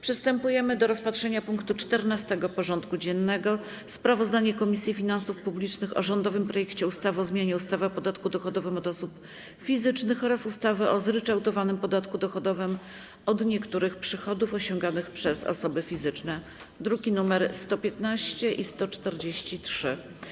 Przystępujemy do rozpatrzenia punktu 14. porządku dziennego: Sprawozdanie Komisji Finansów Publicznych o rządowym projekcie ustawy o zmianie ustawy o podatku dochodowym od osób fizycznych oraz ustawy o zryczałtowanym podatku dochodowym od niektórych przychodów osiąganych przez osoby fizyczne (druki nr 115 i 143)